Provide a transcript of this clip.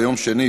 ביום שני,